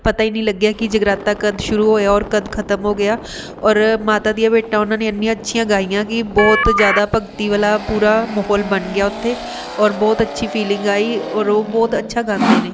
ਪਤਾ ਹੀ ਨੀ ਲੱਗਿਆ ਕਿ ਜਗਰਾਤਾ ਕਦ ਸ਼ੁਰੂ ਹੋਇਆ ਔਰ ਕਦ ਖਤਮ ਹੋ ਗਿਆ ਔਰ ਮਾਤਾ ਦੀਆਂ ਭੇਟਾਂ ਉਹਨਾਂ ਨੇ ਐਨੀਆਂ ਅੱਛੀਆਂ ਗਾਈਆਂ ਕਿ ਬਹੁਤ ਜ਼ਿਆਦਾ ਭਗਤੀ ਵਾਲਾ ਪੂਰਾ ਮਾਹੌਲ ਬਣ ਗਿਆ ਉੱਥੇ ਔਰ ਬਹੁਤ ਅੱਛੀ ਫੀਲਿੰਗ ਆਈ ਔਰ ਉਹ ਬਹੁਤ ਅੱਛਾ ਗਾਉਂਦੇ ਨੇ